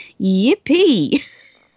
yippee